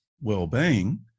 well-being